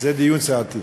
זה דיון סיעתי.